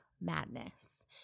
madness